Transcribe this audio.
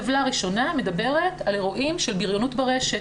טבלה ראשונה מדברת על אירועים של בריונות ברשת.